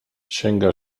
sięga